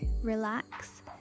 relax